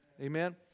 Amen